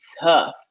tough